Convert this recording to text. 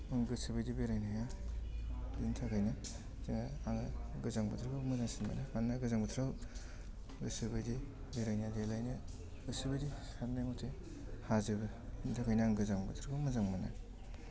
गोसो बायदि बेरायनो हाया बेनि थाखायनो जोङो आङो गोजां बोथोरखौ मोजांसिन मोनो मानोना गोजां बोथोराव गोसो बायदि बेरायनो देलायनो गोसो बायदि सान्नाय मथे हाजोबो बिनि थाखायनो आं गोजां बोथोरखौ मोजां मोनो